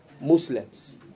Muslims